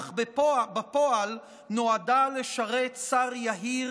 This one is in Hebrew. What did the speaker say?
אך בפועל נועדה לשרת שר יהיר,